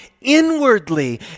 inwardly